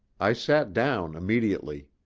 i sat down immediately.